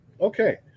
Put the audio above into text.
okay